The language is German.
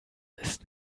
ist